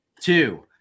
two